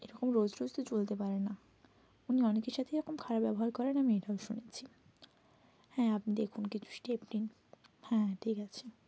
এরকম রোজ রোজ তো চলতে পারেন না উনি অনেকের সাথে এরকম খারাপ ব্যবহার করেন আমি এটাও শুনেছি হ্যাঁ আপনি দেখুন কিছু স্টেপ নিন হ্যাঁ হ্যাঁ ঠিক আছে